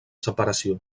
separació